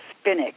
spinach